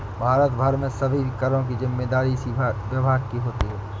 भारत भर में सभी करों की जिम्मेदारी इसी विभाग की होती है